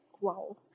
wow